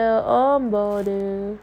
ஒன்பதுஇப்போநீதானேகேட்ட:onbathu ipo neethane keta